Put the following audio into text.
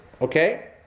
okay